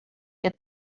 get